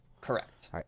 Correct